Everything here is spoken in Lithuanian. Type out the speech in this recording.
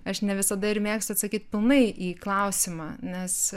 aš ne visada ir mėgstu atsakyt pilnai į klausimą nes